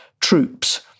troops